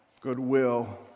goodwill